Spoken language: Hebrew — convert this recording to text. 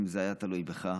אם זה היה תלוי בך,